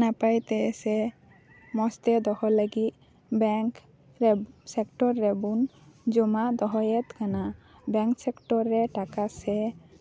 ᱱᱟᱯᱟᱭᱛᱮ ᱥᱮ ᱢᱚᱡᱽ ᱛᱮ ᱫᱚᱦᱚ ᱞᱟᱹᱜᱤᱫ ᱵᱮᱝᱠ ᱥᱮᱠᱴᱚᱨ ᱨᱮᱵᱚᱱ ᱡᱚᱢᱟ ᱫᱚᱦᱚᱭᱮᱛ ᱠᱟᱱᱟ ᱵᱮᱝᱠ ᱥᱮᱠᱴᱚᱨ ᱨᱮ ᱴᱟᱠᱟ ᱥᱮ